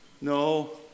no